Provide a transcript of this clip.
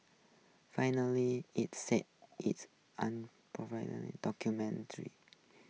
finally it said its